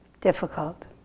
difficult